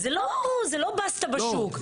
זה לא באסטה בשוק.